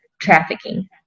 trafficking